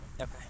Okay